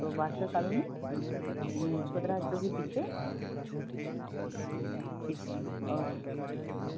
तो Badshah colony Subhadra hospital के पीछे पीछे वाला ओके